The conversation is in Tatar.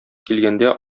килгәндә